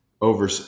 over